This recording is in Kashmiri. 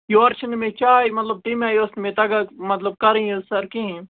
یورٕ چھِنہٕ مےٚ چاے مطلب تٔمۍ آیہِ ٲس نہٕ مےٚ تگان مطلب کَرٕنۍ حظ سَر کِہیٖنۍ